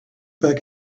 back